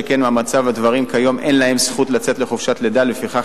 שכן במצב הדברים כיום אין לאם זכות לצאת לחופשת לידה ולפיכך